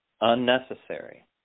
unnecessary